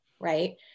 Right